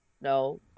No